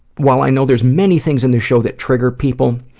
while i know there's many things in this show that trigger people,